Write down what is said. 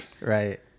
Right